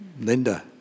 Linda